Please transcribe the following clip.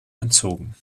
entzogen